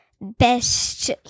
best